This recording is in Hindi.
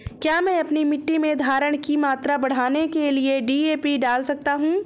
क्या मैं अपनी मिट्टी में धारण की मात्रा बढ़ाने के लिए डी.ए.पी डाल सकता हूँ?